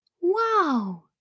Wow